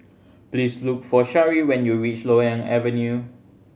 please look for Shari when you reach Loyang Avenue